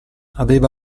aveva